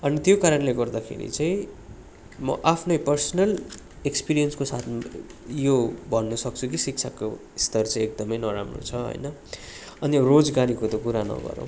अनि त्यो कारणले गर्दाखेरि चाहिँ म आफ्नै पर्सनल एक्सपिरियन्सको साथमा यो भन्न सक्छु कि यो शिक्षाको स्तर चाहिँ एकदम नराम्रो छ होइन अनि रोजगारीको त कुरा नगरौँ